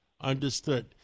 Understood